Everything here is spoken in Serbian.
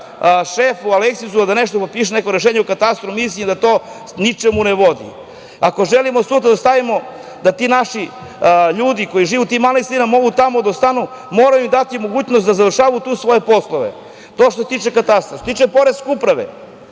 šef u Aleksincu da nešto potpiše neko rešenje u katastru, mislim da to ničemu ne vodi. Ako želimo sutra da stavimo da ti naši ljudi koji žive u tim malim sredinama mogu tamo da ostanu, moraju dati mogućnost da završavaju tu svoje poslove. To je što se tiče katastra. Što se tiče poreske uprave,